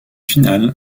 finale